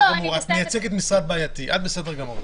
את מייצגת משרד בעייתי, את בסדר גמור.